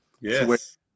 Yes